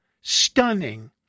stunning